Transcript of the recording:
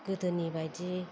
गोदोनि बायदि